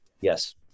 Yes